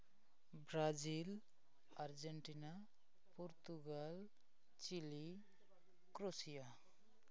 Brazil Argentina Portugal Chile Croatia